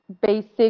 basic